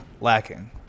lacking